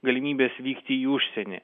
galimybės vykti į užsienį